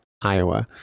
Iowa